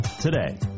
today